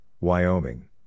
Wyoming